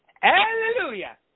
Hallelujah